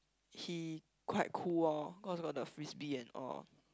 he quite cool oh cause got the Frisbee and all